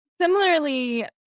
similarly